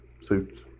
suits